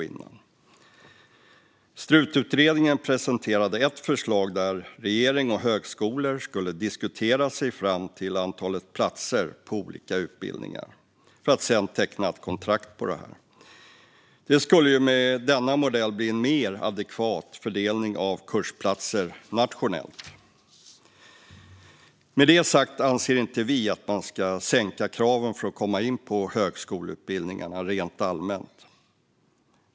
Styr och resursutredningen, Strut, presenterade ett förslag där regering och högskolor skulle diskutera sig fram till antalet platser på olika utbildningar för att sedan teckna ett kontrakt. Det skulle med denna modell bli en mer adekvat fördelning av kursplatser nationellt. Med det sagt anser vi inte att man ska sänka kraven för att komma in på högskoleutbildningarna rent allmänt.